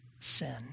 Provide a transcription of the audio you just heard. sin